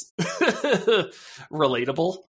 relatable